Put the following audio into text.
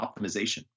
optimization